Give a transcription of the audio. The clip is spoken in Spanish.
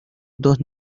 dos